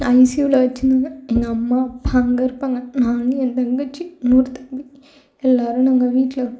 ஐசியூவில் வெச்சுருந்தாங்க எங்கள் அம்மா அப்பா அங்கே இருப்பாங்க நான் என் தங்கச்சி இன்னொரு தம்பி எல்லோரும் நாங்கள் வீட்டில் இருப்போம்